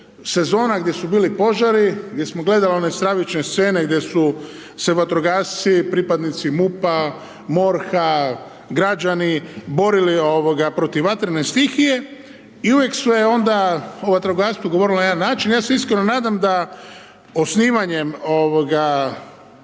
sezona gdje su bili požari, gdje smo gledali one stravične scene, gdje su se vatrogasci, pripadnici MUP-a, MORH-a građani borili protiv vatrene stihije i uvijek se je onda o vatrogastvu govorilo na jedan način. Ja se nadam da osnivanjem